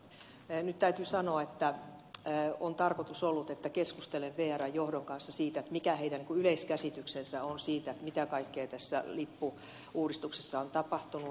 nyt täytyy sanoa että on tarkoitus ollut että keskustelen vrn johdon kanssa siitä mikä heidän yleiskäsityksensä on siitä mitä kaikkea tässä lippu uudistuksessa on tapahtunut